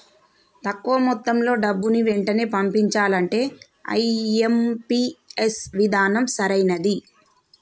తక్కువ మొత్తంలో డబ్బుని వెంటనే పంపించాలంటే ఐ.ఎం.పీ.ఎస్ విధానం సరైనది